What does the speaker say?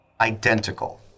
identical